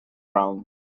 round